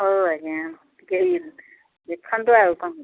ହଉ ଆଜ୍ଞା ଟିକେ ଦେଖନ୍ତୁ ଆଉ କ'ଣ